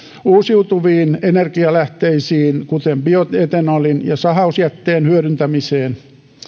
uusiutuviin energianlähteisiin kuten bioetanolin ja sahausjätteen hyödyntämiseen